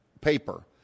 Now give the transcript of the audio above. paper